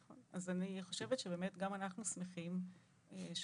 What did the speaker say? אז אני חושבת שבאמת גם אנחנו שמחים שאתם